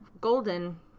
Golden